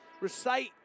Recite